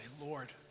Lord